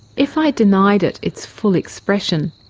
if i denied it its full expression,